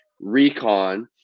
recon